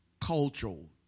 cultural